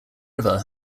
river